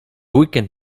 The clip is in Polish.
weekend